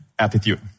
Attitude